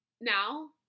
Now